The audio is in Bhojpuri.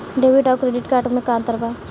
डेबिट आउर क्रेडिट कार्ड मे का अंतर बा?